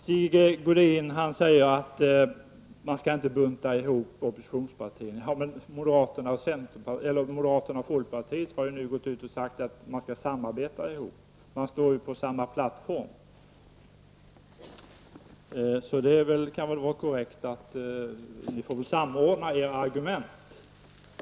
Sigge Godin säger att vi inte skall bunta ihop oppositionspartierna. Men moderaterna och folkpartiet har ju nu gått ut och sagt att man skall samarbeta och står på samma plattform. Då får ni väl samordna era argument.